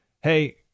hey